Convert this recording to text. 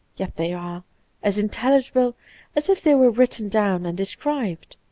yet they are as intelli gible as if they were written down and described.